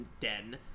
den